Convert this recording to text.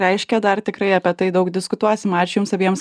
reiškia dar tikrai apie tai daug diskutuosim ačiū jums abiems